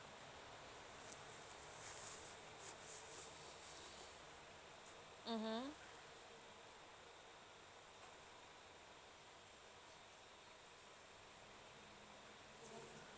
mmhmm